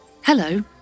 Hello